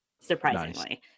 Surprisingly